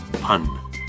Pun